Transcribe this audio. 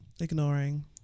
ignoring